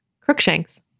Crookshanks